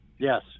yes